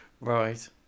Right